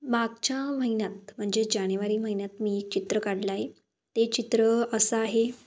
मागच्या महिन्यात म्हणजे जानेवारी महिन्यात मी एक चित्र काढलं आहे ते चित्र असं आहे